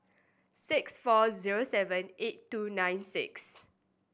six four zero seven eight two nine six